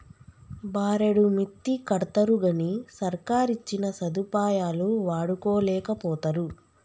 బారెడు మిత్తికడ్తరుగని సర్కారిచ్చిన సదుపాయాలు వాడుకోలేకపోతరు